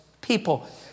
people